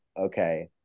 okay